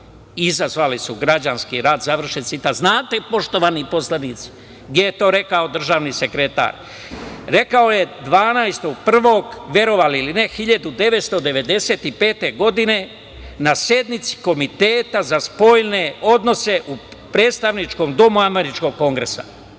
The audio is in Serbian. izazvali su građanski rat“. Završen citat. Znate, poštovani poslanici, gde je to rekao državni sekretar? Rekao je 12.01. verovali ili ne 1995. godine na sednici Komiteta za spoljne odnose u predstavničkom domu američkog Kongresa.